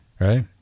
right